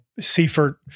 Seifert